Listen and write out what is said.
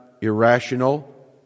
irrational